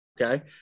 Okay